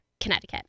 Connecticut